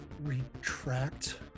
retract